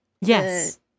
Yes